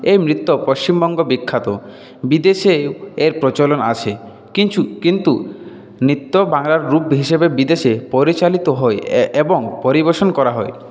এই নৃত্য পশ্চিমবঙ্গ বিখ্যাত বিদেশে এর প্রচলন আছে কিন্তু নৃত্য বাংলার রূপ হিসেবে বিদেশে পরিচালিত হয় এবং পরিবেশন করা হয়